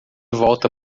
volta